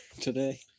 today